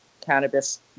cannabis